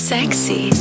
Sexy